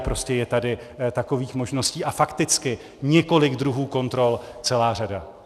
Prostě je tady takových možností a fakticky několik druhů kontrol celá řada.